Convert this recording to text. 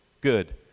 good